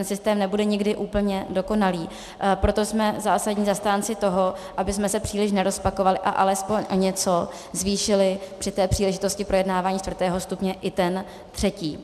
Systém nebude nikdy úplně dokonalý, proto jsme zásadní zastánci toho, abychom se příliš nerozpakovali a alespoň o něco zvýšili při příležitosti projednávání čtvrtého stupně i ten třetí.